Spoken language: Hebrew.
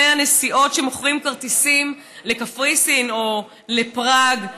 הנסיעות שמוכרים כרטיסים לקפריסין או לפראג.